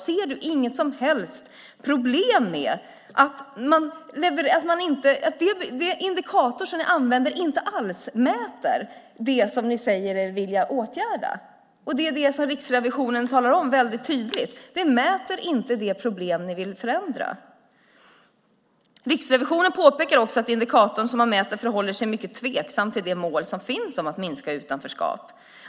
Ser du inget som helst problem med att den indikator ni använder inte alls mäter det som ni säger er vilja åtgärda? Det är det som Riksrevisionen talar om väldigt tydligt: Det mäter inte det ni vill förändra. Riksrevisionen påpekar också att den indikator man mäter förhåller sig mycket tveksamt till det mål som finns om att minska utanförskapet.